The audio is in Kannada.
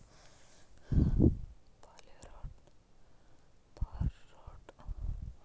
ಬಾರೋಡ್ ಕ್ಯಾಪಿಟಲ್ ಅಂದುರ್ ಎಲಿಂದ್ರೆ ರೊಕ್ಕಾ ತಂದಿ ಆಮ್ಯಾಲ್ ವಾಪಾಸ್ ಕೊಡ್ತಾರ